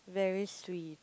very sweet